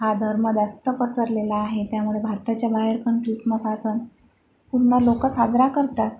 हा धर्म जास्त पसरलेला आहे त्यामुळे भारताच्या बाहेर पण ख्रिसमस हा सण पूर्ण लोक साजरा करतात